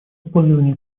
использование